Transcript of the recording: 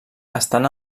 estan